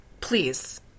please